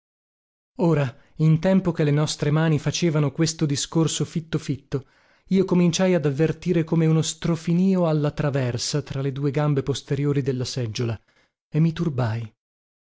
ora in tempo che le nostre mani facevano questo discorso fitto fitto io cominciai ad avvertire come uno strofinìo alla traversa tra le due gambe posteriori della seggiola e mi turbai